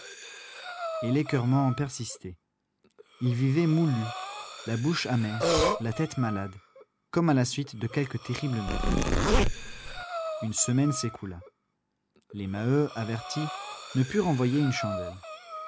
et l'écoeurement persistait il vivait moulu la bouche amère la tête malade comme à la suite de quelque terrible noce une semaine s'écoula les maheu avertis ne purent envoyer une chandelle